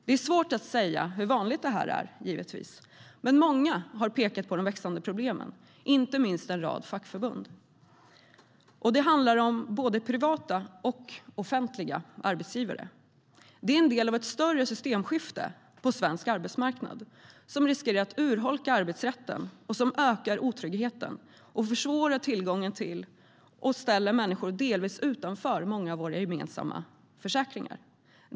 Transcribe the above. Det är givetvis svårt att säga hur vanligt det är, men många har pekat på de växande problemen, inte minst en rad fackförbund. Det handlar om både privata och offentliga arbetsgivare. Det är en del av ett större systemskifte på svensk arbetsmarknad som riskerar att urholka arbetsrätten och som ökar otryggheten och försvårar tillgången till och ställer människor delvis utanför många av våra gemensamma försäkringar.